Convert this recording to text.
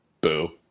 Boo